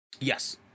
Yes